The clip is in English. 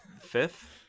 Fifth